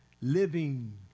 living